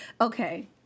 Okay